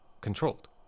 controlled